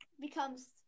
becomes